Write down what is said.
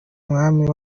umwami